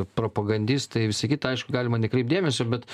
propagandistai visa kita aišku galima nekreipt dėmesio bet